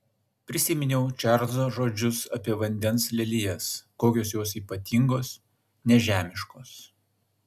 prisiminiau čarlzo žodžius apie vandens lelijas kokios jos ypatingos nežemiškos